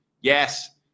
yes